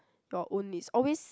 your own needs always